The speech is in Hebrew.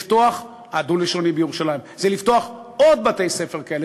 הדו-לשוני בירושלים: לפתוח עוד בתי-ספר כאלה,